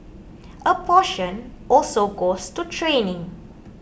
a portion also goes to training